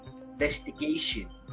investigation